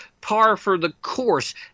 par-for-the-course